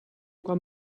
quan